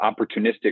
opportunistic